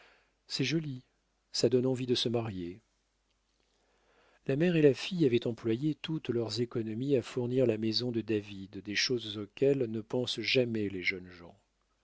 c'est joli ça donne envie de se marier la mère et la fille avaient employé toutes leurs économies à fournir la maison de david des choses auxquelles ne pensent jamais les jeunes gens